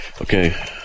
Okay